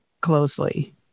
closely